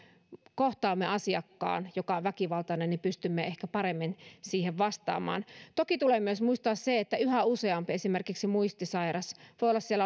kohtaamme asiakkaan joka on väkivaltainen pystymme ehkä paremmin siihen vastaamaan toki tulee muistaa myös se että esimerkiksi yhä useampi muistisairas voi